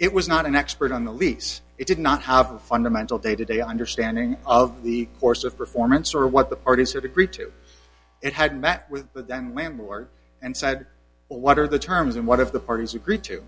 it was not an expert on the lease it did not have the fundamental day to day understanding of the course of performance or what the parties have agreed to it had met with the landlord and said well what are the terms and what if the parties agree to